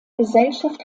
gesellschaft